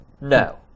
No